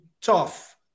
tough